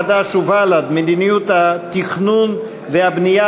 חד"ש ובל"ד: מדיניות התכנון והבנייה